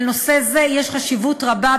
לנושא זה יש חשיבות רבה,